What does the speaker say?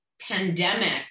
pandemic